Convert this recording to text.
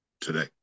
today